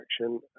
action